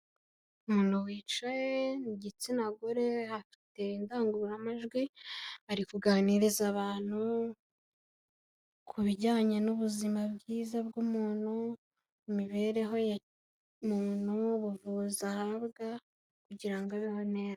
Umuntu wicaye ni igitsina gore afite indangururamajwi, ari kuganiriza abantu ku bijyanye n'ubuzima bwiza bw'umuntu, imibereho ya muntu, ubuvuzi ahabwa kugira ngo abeho neza.